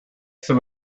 some